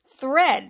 thread—